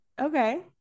okay